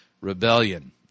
Rebellion